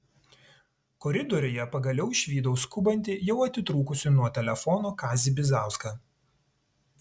koridoriuje pagaliau išvydau skubantį jau atitrūkusį nuo telefono kazį bizauską